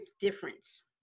difference